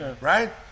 Right